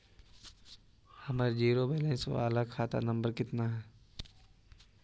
हमर zero balance बाला खाता नम्बर कितना है?